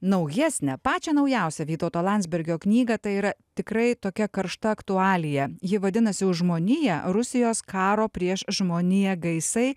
naujesnę pačią naujausią vytauto landsbergio knygą tai yra tikrai tokia karšta aktualija ji vadinasi už žmoniją rusijos karo prieš žmoniją gaisai